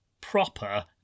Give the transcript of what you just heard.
proper